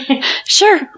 Sure